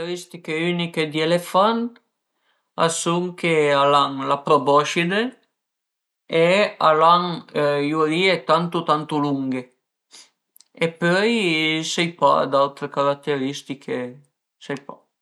Le carateristiche üniche dë i elefant a sun che al a la proboscide e al an i urìe tantu tantu lunghe e pöi sai pa d'autre carateristiche sai pa